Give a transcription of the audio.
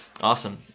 awesome